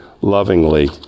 lovingly